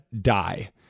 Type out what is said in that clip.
die